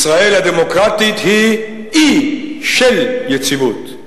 ישראל הדמוקרטית היא אי של יציבות.